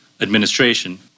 administration